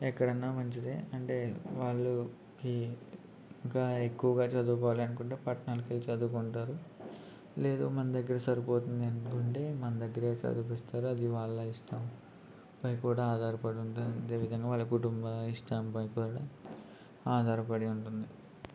ఎక్కడన్నా మంచిదే అంటే వాళ్ళకి ఇంకా ఎక్కువగా చదువుకోవాలనుకుంటే పట్టణాలకు వెళ్ళి చదువుకుంటారు లేదు మన దగ్గర సరిపోతుంది అనుకుంటే మన దగ్గర చదివిపిస్తారు అది వాళ్ళ ఇష్టంపై కూడా ఆధారపడి ఉంటుంది అదేవిధంగా వాళ్ళ కుటుంబ ఇష్టంపై కూడా ఆధారపడి ఉంటుంది